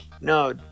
No